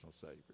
Savior